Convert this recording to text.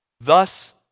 Thus